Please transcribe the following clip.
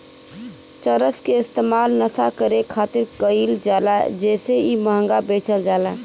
चरस के इस्तेमाल नशा करे खातिर कईल जाला जेसे इ महंगा बेचल जाला